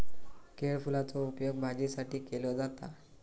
केळफुलाचो उपयोग भाजीसाठी केलो जाता